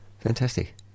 Fantastic